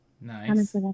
nice